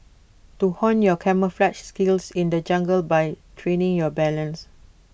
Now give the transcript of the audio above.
to hone your camouflaged skills in the jungle by training your balance